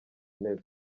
intebe